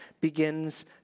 begins